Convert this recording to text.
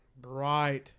bright